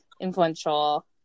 influential